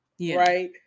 Right